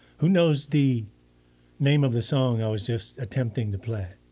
who knows the name of the song i was just attempting to play?